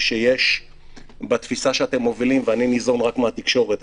שיש בתפיסה שאתם מובילים ואני ניזון רק מהתקשורת,